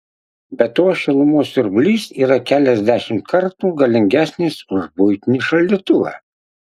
be to šilumos siurblys yra keliasdešimt kartų galingesnis už buitinį šaldytuvą